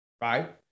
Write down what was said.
right